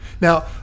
now